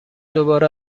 دوباره